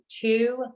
two